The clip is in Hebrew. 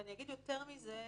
אני אגיד יותר מזה,